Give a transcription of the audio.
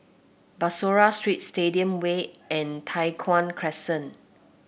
Bussorah Street Stadium Way and Tai Hwan Crescent